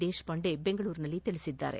ದೇಶಪಾಂಡೆ ಬೆಂಗಳೂರಿನಲ್ಲಿ ತಿಳಿಸಿದ್ದಾರೆ